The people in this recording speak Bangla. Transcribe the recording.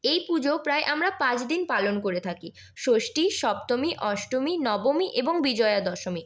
এই পুজো প্রায় আমরা পাঁচদিন পালন করে থাকি ষষ্ঠী সপ্তমী অষ্টমী নবমী এবং বিজয়া দশমী